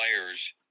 players